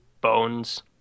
bones